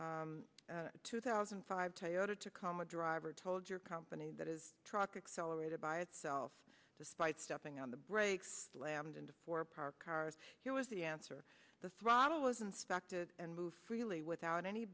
customer two thousand five tyo tacoma driver told your company that his truck accelerated by itself despite stepping on the brakes slammed into four parked cars here was the answer the throttle was instructed and moved freely without any